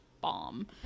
bomb